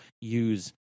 use